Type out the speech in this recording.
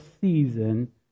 season